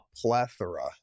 plethora